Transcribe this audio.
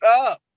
up